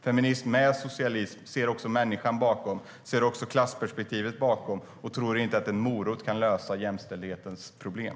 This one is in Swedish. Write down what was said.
Feminism med socialism ser också människan och klassperspektivet bakom och tror inte att en morot kan lösa jämställdhetens problem.